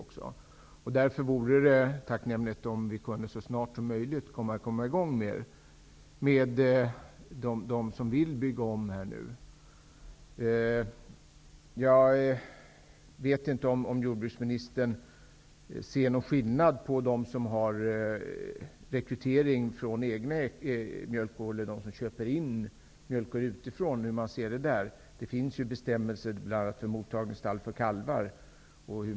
Det vore därför tacknämligt om vi så snabbt som möjligt kunde komma i gång med dem som vill bygga om. Jag vet inte om jordbruksministern ser någon skillnad mellan dem som har rekrytering från egna mjölkkor och dem som köper in mjölkkor utifrån. Det finns bestämmelser bl.a. för stall för kalvar.